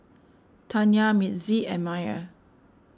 Tanya Mitzi and Myer